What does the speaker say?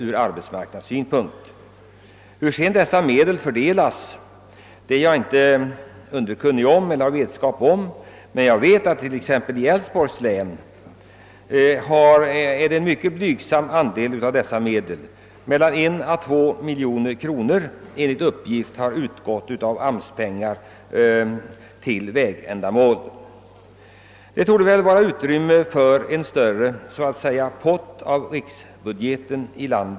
Jag känner inte till principerna för hur dessa medel fördelas, men jag vet att exempelvis Älvsborgs län fått en mycket blygsam andel; mellan 1 och 2 miljoner kronor har enligt uppgift utgått av AMS-pengar till vägändamål. Detta län borde kunna få en större del av rikspotten.